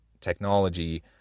technology